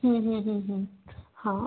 हां